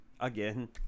Again